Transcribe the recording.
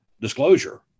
disclosure